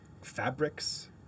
fabrics